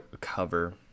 cover